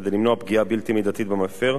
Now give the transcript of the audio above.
כדי למנוע פגיעה בלתי מידתית במפר,